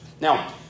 Now